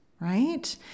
right